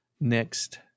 next